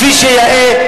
כפי שיאה,